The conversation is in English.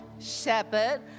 shepherd